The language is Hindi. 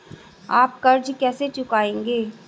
आप कर्ज कैसे चुकाएंगे?